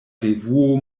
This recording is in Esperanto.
revuo